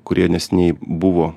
kurie neseniai buvo